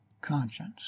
conscience